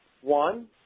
one